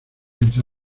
entre